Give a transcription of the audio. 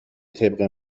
طبق